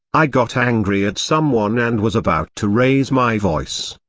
i got angry at someone and was about to raise my voice.